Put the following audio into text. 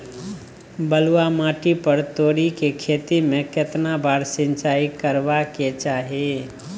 बलुआ माटी पर तोरी के खेती में केतना बार सिंचाई करबा के चाही?